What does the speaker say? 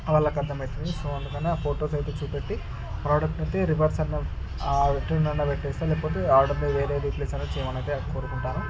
వాళ్ళకు అర్థమైతుంది సో అందుకని ఆ ఫొటోస్ అయితే చూపెట్టి ప్రోడక్ట్ నైతే రివర్స్ రిటర్న్ అన్నపెట్టేస్తా లేకపోతే ఆర్డర్లో వేరే రీప్లేస్ అనే చేయమనైతే కోరుకుంటాను